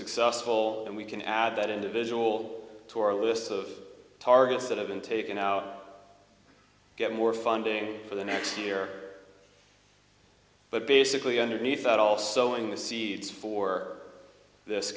successful and we can add that individual to our list of targets that have been taken out get more funding for the next year but basically underneath it all sowing the seeds for this